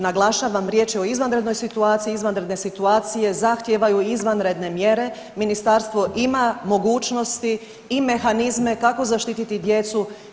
Naglašavam riječ je o izvanrednoj situaciji, izvanredne situacije zahtijevaju izvanredne mjere, ministarstvo ima mogućnosti i mehanizme kako zaštititi djecu.